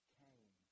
came